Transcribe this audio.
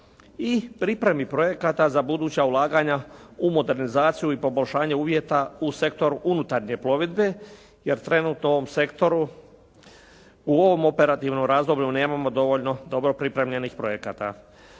i pripremi projekata za buduća ulaganja u modernizaciju i poboljšanje uvjeta u sektoru unutarnje plovidbe jer trenutno u ovom sektoru u ovom operativnom razdoblju nemamo dovoljno dobro pripremljenih projekata.